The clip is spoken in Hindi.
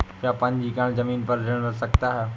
क्या पंजीकरण ज़मीन पर ऋण मिल सकता है?